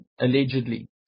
allegedly